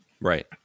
Right